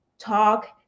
talk